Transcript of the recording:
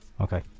Okay